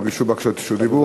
וילמה,